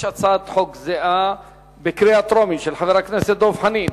יש הצעת חוק זהה לקריאה טרומית של חבר הכנסת דב חנין.